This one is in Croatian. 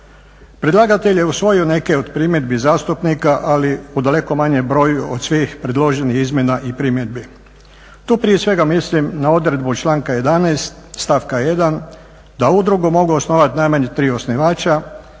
predlagatelj je usvojio neke od primjedbi zastupnika ali u daleko manjem broju od svih predloženih izmjena i primjedbi. Tu prije svega mislim na odredbu članka 11.stavka 1.da udrugu mogu osnovati najmanje tri osnivača